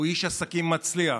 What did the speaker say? הוא איש עסקים מצליח.